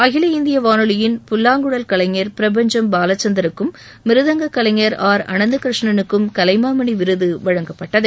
அகில இந்திய வானொலியின் புல்வாங்குழல் கலைஞர் பிரபஞ்சும் பாலசந்தருக்கும் மிருதங்க கலைஞர் ஆர் அனந்த் கிருஷ்ணனுக்கும் கலைமாமணி விருது வழங்கப்பட்டது